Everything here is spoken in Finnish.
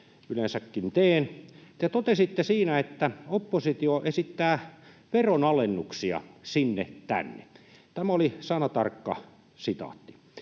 yleensäkin teen. Te totesitte siinä: ”Oppositio esittää veronalennuksia sinne tänne.” Tämä oli sanatarkka sitaatti.